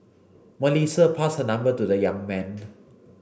Melissa passed her number to the young man